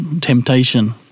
temptation